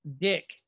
dick